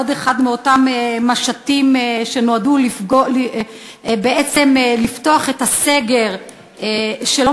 עוד אחד מאותם משטים שנועדו לפתוח את הסגר שלא